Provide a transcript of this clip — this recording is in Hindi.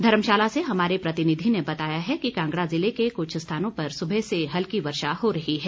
धर्मशाला से हमारे प्रतिनिध ने बताया कि कांगड़ा जिले के कुछ स्थानों पर सुबह से हल्की वर्षा हो रही है